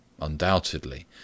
Undoubtedly